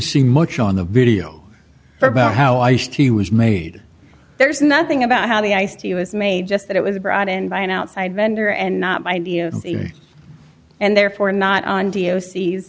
see much on the video about how iced tea was made there's nothing about how the ice tea was made just that it was brought in by an outside vendor and not by ideas and therefore not on d o c's